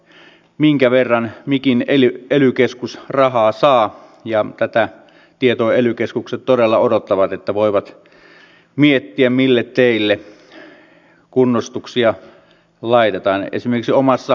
sinänsä seison jokaisen väitteen takana edelleen mutta kuten äskeisessä puheenvuorossani sanoin jos olisitte tarkkaan kuunnellut niin välikysymyksen toisena allekirjoittajana en tiedotustilaisuudessa tuonut esille kritiikkiä yhteen henkilöön